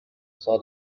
saw